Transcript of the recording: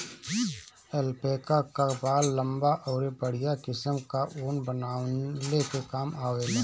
alpaca कअ बाल लंबा अउरी बढ़िया किसिम कअ ऊन बनवले के काम आवेला